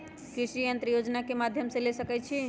कृषि यंत्र कौन योजना के माध्यम से ले सकैछिए?